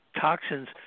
toxins